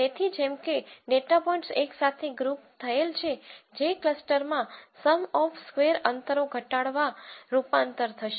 તેથી જેમ કે ડેટા પોઇન્ટ્સ એક સાથે ગ્રુપ થયેલ છે જે ક્લસ્ટરમાં સમ ઓફ સ્ક્વેર અંતરોઘટાડવા રૂપાંતર થશે